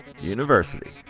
university